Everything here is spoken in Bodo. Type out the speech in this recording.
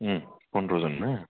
उम फन्द्र जन ना